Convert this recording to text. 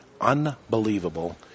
Unbelievable